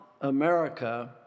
America